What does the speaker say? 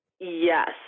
Yes